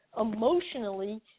emotionally